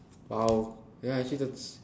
!wow! ya actually that's